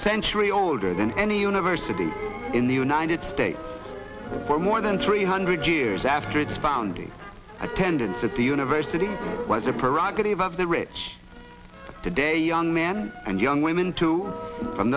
century older than any university in the united states for more than three hundred years after its founding attendance at the university was a prerogative of the rich today young men and young women too from